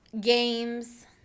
games